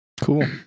Cool